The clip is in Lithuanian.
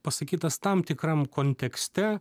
pasakytas tam tikram kontekste